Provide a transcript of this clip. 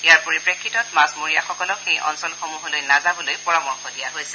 ইয়াৰ পৰিপ্ৰেক্ষিতত মাছমৰীয়াসকলক সেই অঞ্চলসমূহলৈ নাযাবলৈ পৰামৰ্শ দিয়া হৈছে